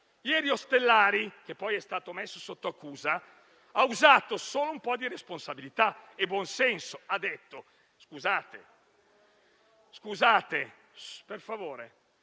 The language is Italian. Ostellari, che poi è stato messo sotto accusa, ha usato solo un po' di responsabilità e buon senso. *(Brusio)*. Scusate, per favore,